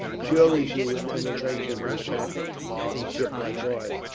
surely she would never venture to attack a ship like ours.